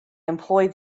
employed